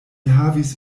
havis